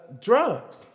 drugs